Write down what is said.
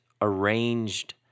arranged